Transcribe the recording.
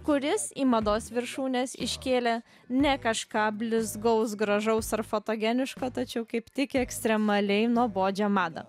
kuris į mados viršūnes iškėlė ne kažką blizgaus gražaus ar fotogeniško tačiau kaip tik ekstremaliai nuobodžią madą